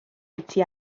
iti